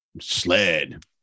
sled